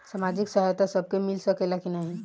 सामाजिक सहायता सबके मिल सकेला की नाहीं?